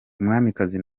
umwamikazi